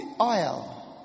oil